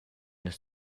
nus